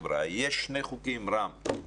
שני חוקים, רם,